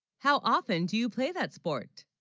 how often, do you play that sport